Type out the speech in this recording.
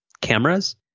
cameras